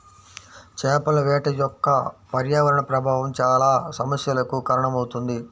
చేపల వేట యొక్క పర్యావరణ ప్రభావం చాలా సమస్యలకు కారణమవుతుంది